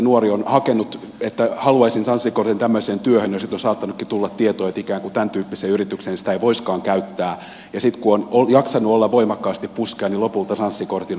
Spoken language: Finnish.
nuori on hakenut että haluaisin sanssi kortin tämmöiseen työhön ja sitten on saattanutkin tulla tieto että ikään kuin tämäntyyppiseen yritykseen sitä ei voisikaan käyttää ja sitten kun on jaksanut voimakkaasti puskea niin lopulta sanssi kortin on saanut